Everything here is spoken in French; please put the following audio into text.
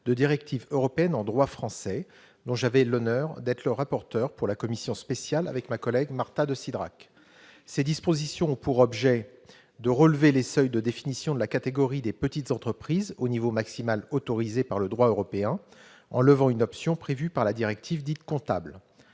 de directives européennes en droit français, dont j'avais l'honneur d'être le rapporteur pour la commission spéciale, avec ma collègue Martha de Cidrac. Ces dispositions ont pour objet de relever les seuils de définition de la catégorie des petites entreprises au niveau maximal autorisé par le droit européen, en levant une option prévue par la directive dite « comptable